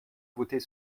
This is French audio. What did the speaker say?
voter